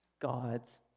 God's